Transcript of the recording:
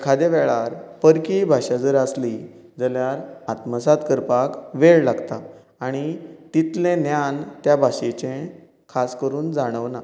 एखादे वेळार परकी भाशा जर आसली जाल्यार आत्मसात करपाक वेळ लागता आणी तितलें ज्ञान त्या भाशेंचें खास करून जाणवना